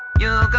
your